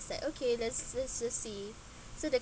was like okay let's just just see so the